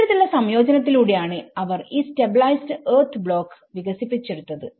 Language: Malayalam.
ഇത്തരത്തിലുള്ള സംയോജനത്തിലൂടെയാണ് അവർ ഈ സ്റ്റബിലൈസ്ഡ് എർത്ത് ബ്ലോക്ക് വികസിപ്പിച്ചെടുത്തത്